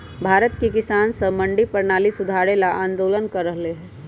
भारत के किसान स मंडी परणाली सुधारे ल आंदोलन कर रहल हए